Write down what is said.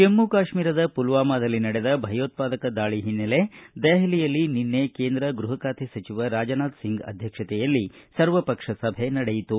ಜಮ್ಮು ಕಾಶ್ಮೀರದ ಪುಲ್ವಾಮಾದಲ್ಲಿ ನಡೆದ ಭಯೋತ್ವಾದಕ ದಾಳಿ ಹಿನ್ನೆಲೆ ದೆಹಲಿಯಲ್ಲಿ ನಿನ್ನೆ ಕೇಂದ್ರ ಗೃಹ ಖಾತೆ ಸಚಿವ ರಾಜನಾಥ ಸಿಂಗ್ ಅಧ್ಯಕ್ಷತೆಯಲ್ಲಿ ಸರ್ವಪಕ್ಷ ಸಭೆ ನಡೆಯಿತು